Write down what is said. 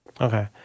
Okay